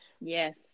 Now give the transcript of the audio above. Yes